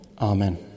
Amen